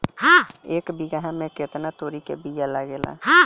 एक बिगहा में केतना तोरी के बिया लागेला?